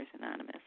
Anonymous